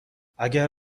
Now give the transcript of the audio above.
اگر